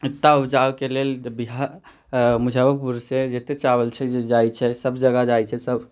इतना उपजाके लेल तऽ बिहार मुजफ्फरपुर से जते चावल छै जे जाइत छै सभ जगह जाइत छै